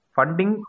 Funding